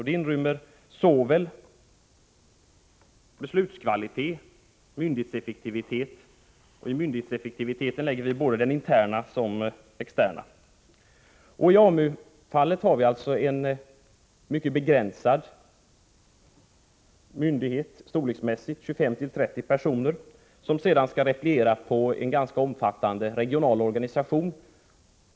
Det inrymmer såväl beslutens kvalitet som myndighetens interna och externa effektivitet. I AMU-fallet har vi alltså en storleksmässigt mycket begränsad myndighet med 25-30 personer, som sedan skall repliera på en ganska omfattande regional organisation.